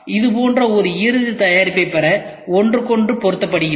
இது போன்ற ஒரு இறுதி தயாரிப்பைப் பெற ஒன்றுக்கொன்று பொருத்தப்படுகின்றன